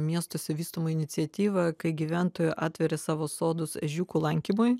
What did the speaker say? miestuose vystoma iniciatyva kai gyventojai atveria savo sodus ežiukų lankymui